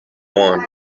juan